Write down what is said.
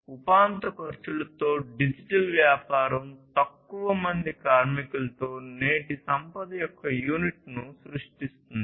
ఉపాంత ఖర్చులతో డిజిటల్ వ్యాపారం తక్కువ మంది కార్మికులతో నేటి సంపద యొక్క యూనిట్ను సృష్టిస్తుంది